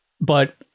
But-